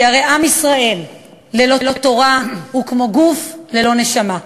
כי הרי עם ישראל ללא תורה הוא כמו גוף ללא נשמה.